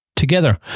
Together